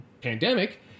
pandemic